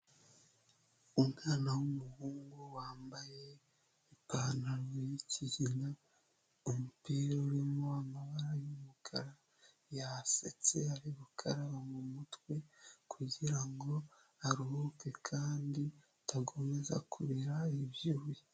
Umwana w'umuhungu wambaye ipantaro y'ikigina, umupira urimo amabara y'umukara. Yasetse ari gukaraba mu mutwe, kugira ngo aruhuke, kandi adakomeza kubira ibyuya.